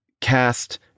cast